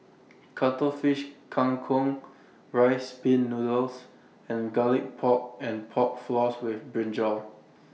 Cuttlefish Kang Kong Rice Pin Noodles and Garlic Pork and Pork Floss with Brinjal